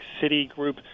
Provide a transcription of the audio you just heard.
Citigroup